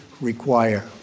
require